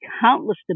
countless